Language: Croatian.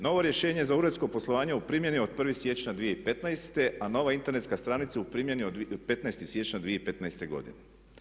Novo rješenje za uredsko poslovanje u primjeni je od 1. siječnja 2015., a nova internetska stranica je u primjeni od 15. siječnja 2015. godine.